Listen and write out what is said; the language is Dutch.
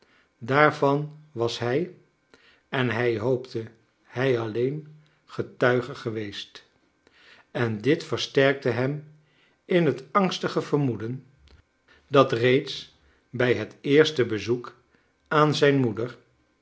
daarveyi was hij en hij hoopte hij alleen getuige geweest en dit versterkte hem in het angstige vermoeden dat reeds bij het eerste bezoek aan zijn moeder